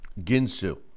Ginsu